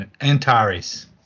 Antares